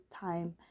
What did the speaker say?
time